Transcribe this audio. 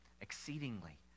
exceedingly